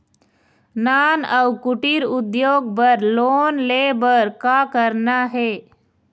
नान अउ कुटीर उद्योग बर लोन ले बर का करना हे?